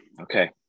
Okay